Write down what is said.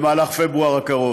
יש דיון ביניים במהלך פברואר הקרוב.